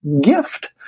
gift